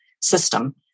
system